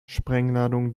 sprengladungen